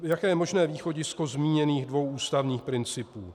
Jaké je možné východisko zmíněných dvou ústavních principů?